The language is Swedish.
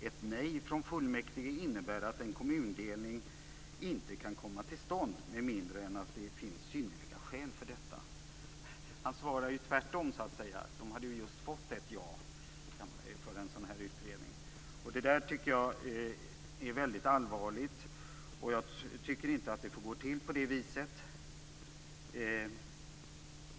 Ett nej från fullmäktige innebär att en kommundelning inte kan komma till stånd med mindre än att det finns synnerliga skäl för detta. Han svarar så att säga tvärtom. Man hade ju just fått ett ja till en sådan här utredning. Det här tycker jag är väldigt allvarligt. Jag tycker inte att det får gå till på det viset.